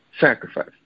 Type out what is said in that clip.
sacrifice